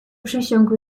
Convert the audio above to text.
przesiąkł